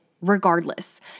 regardless